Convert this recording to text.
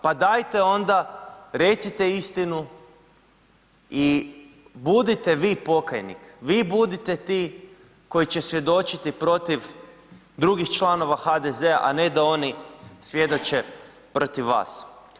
Pa dajte, onda recite istinu i budite vi pokajnik, vi budite ti koji će svjedočiti protiv drugih članova HDZ-a a ne da oni svjedoče protiv vas.